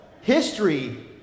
history